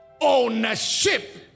ownership